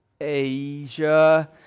Asia